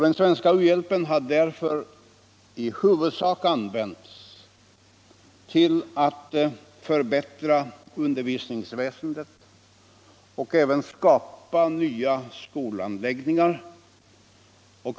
Den svenska u-hjälpen har i huvudsak använts till att förbättra undervisningsväsendet och även skapa nya skolanläggningar.